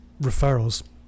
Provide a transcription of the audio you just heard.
referrals